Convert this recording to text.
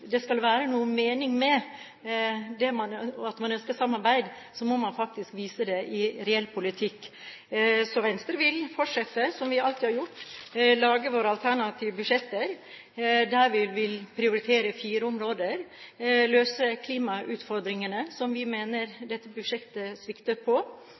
det skal være noen mening med at man ønsker samarbeid, må man faktisk vise det i reell politikk. Så Venstre vil fortsette, som vi alltid har gjort, med å lage våre alternative budsjetter, der vi prioriterer fire områder: Vi vil løse klimautfordringene, som vi